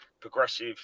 progressive